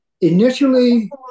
Initially